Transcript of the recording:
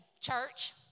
church